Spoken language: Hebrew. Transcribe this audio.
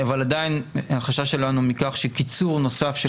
עדיין החשש שלנו מכך שקיצור נוסף של